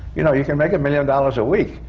you know you can make a million dollars a week!